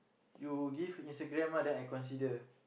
you give Instagram ah then I consider